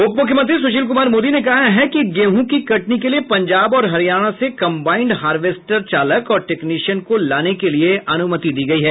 उप मुख्यमंत्री सुशील कुमार मोदी ने कहा है कि गेहूँ की कटनी के लिए पंजाब और हरियाणा से कम्बाइंड हार्वेस्टर चालक और टेक्निशियन को लाने के लिए अनुमति दी गयी है